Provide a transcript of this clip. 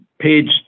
Page